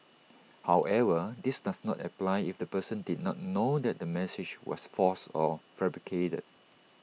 however this does not apply if the person did not know that the message was false or fabricated